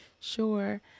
sure